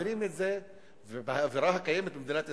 מעבירים את זה, ובאווירה הקיימת במדינת ישראל,